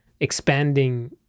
expanding